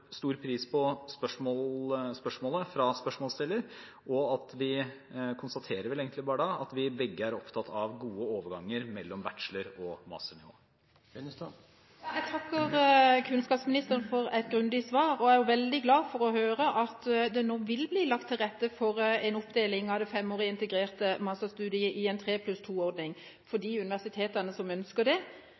stor pris på spørsmålet fra spørsmålsstiller. Vi konstaterer vel bare at vi begge er opptatt av gode overganger mellom bachelor- og masternivå. Jeg takker kunnskapsministeren for et grundig svar. Jeg er veldig glad for å høre at det nå vil bli lagt til rette for en oppdeling av det femårige integrerte masterstudiet i en 3+2-ordning for de universitetene som ønsker det.